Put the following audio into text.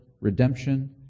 redemption